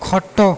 ଖଟ